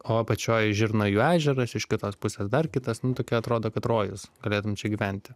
o apačioj žirnajų ežeras iš kitos pusės dar kitas nu tokia atrodo kad rojus galėtum čia gyventi